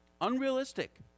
Unrealistic